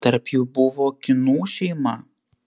tarp jų buvo kynų šeima